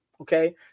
okay